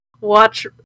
watch